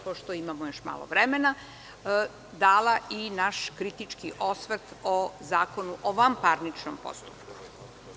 Pošto imam još malo vremena, dala bih i naš kritički osvrt o Zakonu o vanparničnom postupku.